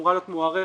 שאמורה להיות מוארכת